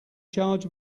charge